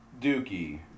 Dookie